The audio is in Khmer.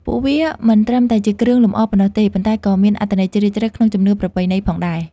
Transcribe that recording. ពួកវាមិនត្រឹមតែជាគ្រឿងលម្អប៉ុណ្ណោះទេ ប៉ុន្តែក៏មានអត្ថន័យជ្រាលជ្រៅក្នុងជំនឿប្រពៃណីផងដែរ។